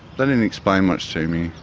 they didn't explain much to me.